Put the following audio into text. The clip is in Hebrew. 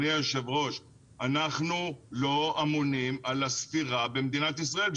אנחנו לא אמונים על הספירה במדינת ישראל,